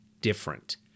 different